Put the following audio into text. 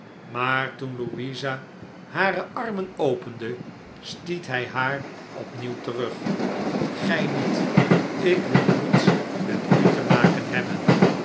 maar toen louisa hare armen opende stiet hij haar opnieuw terug gij niet ik wil niets met ute makenhebben